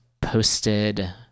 posted